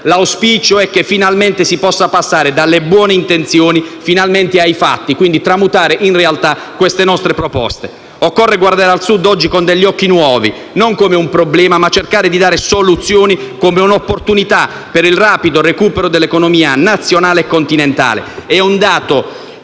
l'auspicio è che finalmente si possa passare dalle buone intenzioni ai fatti e tramutare in realtà le nostre proposte. Occorre guardare al Sud oggi con occhi nuovi, non come un problema in cerca di soluzione ma come un'opportunità per il rapido recupero dell'economia nazionale e continentale.